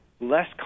less